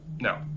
no